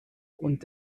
und